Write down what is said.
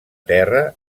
terra